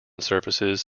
surfaces